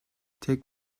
tek